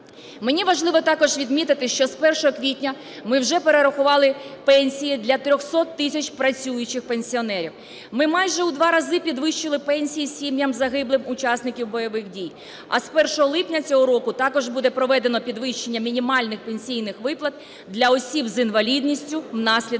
Мені важливо також відмітити, що з 1 квітня ми вже перерахували пенсії для 300 тисяч працюючих пенсіонерів. Ми майже у два рази підвищили пенсії сім'ям загиблих учасників бойових дій. А з 1 липня цього року також буде проведено підвищення мінімальних пенсійних виплат для осіб з інвалідністю внаслідок